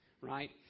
right